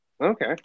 Okay